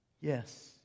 Yes